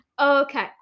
Okay